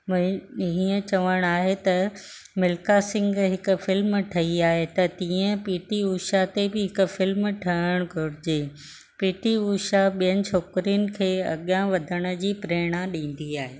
भई हीअं चवणु आहे त मिलखा सिंग हिक फिल्म ठही आहे त तीअं पीटी उषा ते बि हिकु फिल्म ठहणु घुरिजे पीटी उषा ॿियनि छोकिरीयुनि खे अॻियां वधण जी प्रेरणा ॾींदी आहे